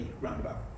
roundabout